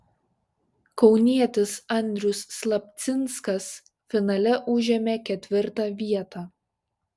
kaunietis andrius slapcinskas finale užėmė ketvirtą vietą